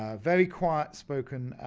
very quiet spoken,